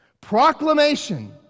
Proclamation